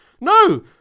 No